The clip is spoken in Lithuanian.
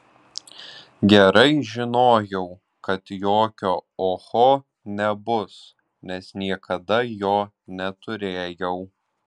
gerai žinojau kad jokio oho nebus nes niekada jo neturėjau